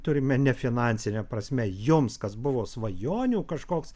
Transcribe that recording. turime ne finansine prasme jums kas buvo svajonių kažkoks